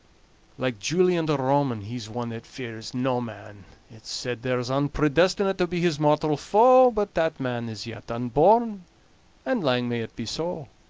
like julian the roman he's one that fears no man. it's said there's ane predestinate to be his mortal foe but that man is yet unborn and lang may it be so.